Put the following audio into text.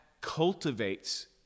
cultivates